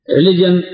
Religion